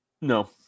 No